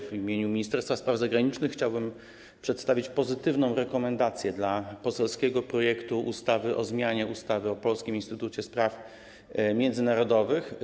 W imieniu Ministerstwa Spraw Zagranicznych chciałbym przedstawić pozytywną rekomendację dla poselskiego projektu ustawy o zmianie ustawy o Polskim Instytucie Spraw Międzynarodowych.